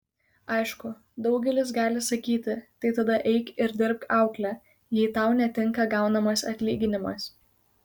aišku daugelis gali sakyti tai tada eik ir dirbk aukle jei tau netinka gaunamas atlyginimas